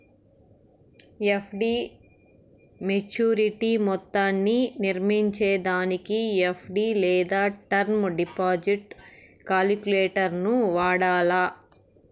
FD maturity మొత్తాన్ని నిర్నయించేదానికి FD లేదా టర్మ్ డిపాజిట్ కాలిక్యులేటరును వాడాల